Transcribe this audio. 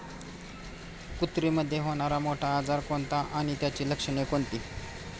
कुत्रीमध्ये होणारा मोठा आजार कोणता आणि त्याची लक्षणे कोणती?